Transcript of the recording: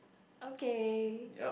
okay